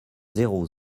zéro